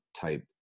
type